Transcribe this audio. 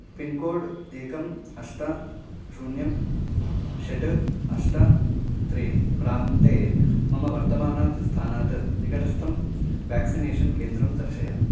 pincode एकम् अष्ट शून्यं षट् अष्ट त्रीणि प्रान्ते मम वर्तमानात् स्थानात् निकटस्थं व्याक्सिनेषन् केन्द्रं दर्शय